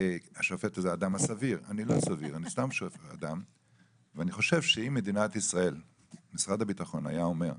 השופט זה האדם הסביר - אני חושב שאם משרד הביטחון היה אומר,